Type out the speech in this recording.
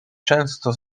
często